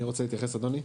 אני רוצה להתייחס אדוני.